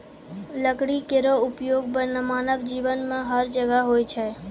लकड़ी केरो उपयोग मानव जीवन में हर जगह होय छै